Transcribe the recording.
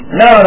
no